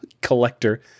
collector